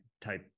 type